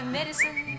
medicine